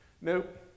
nope